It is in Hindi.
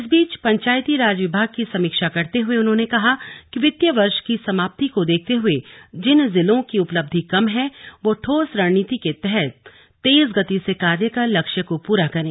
इस बीच पंचायती राज विभाग की समीक्षा करते हुए उन्होंने कहा कि वित्तीय वर्ष की समाप्ति को देखते हुए जिन जिलों की उपलब्धि कम है वह ठोस रणनीति के तहत तेज गति से कार्य कर लक्ष्य को पूरा करें